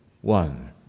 one